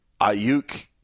Ayuk